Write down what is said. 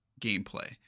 gameplay